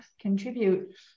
contribute